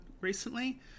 recently